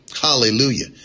Hallelujah